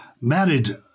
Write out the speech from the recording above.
married